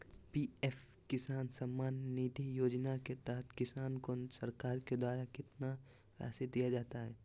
PM किसान सम्मान निधि योजना के तहत किसान को सरकार के द्वारा कितना रासि दिया जाता है?